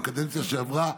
בקדנציה שעברה,